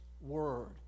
word